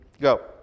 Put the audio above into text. Go